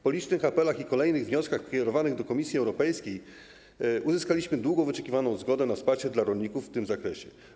Po licznych apelach i kolejnych wnioskach kierowanych do Komisji Europejskiej uzyskaliśmy długo wyczekiwaną zgodę na wsparcie rolników w tym zakresie.